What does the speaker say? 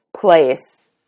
place